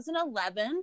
2011